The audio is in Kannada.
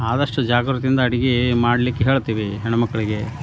ಆದಷ್ಟು ಜಾಗರೂಕತಿಂದ ಅಡಿಗೆ ಮಾಡ್ಲಿಕ್ಕೆ ಹೇಳ್ತೀವಿ ಹೆಣ್ಣುಮಕ್ಳಿಗೆ